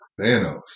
Thanos